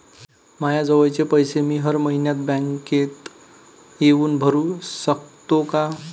मायाजवळचे पैसे मी हर मइन्यात बँकेत येऊन भरू सकतो का?